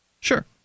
Sure